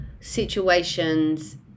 Situations